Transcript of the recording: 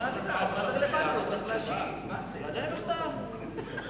אני עוזב, אני מוכן שמועד ההצבעה יהיה במועד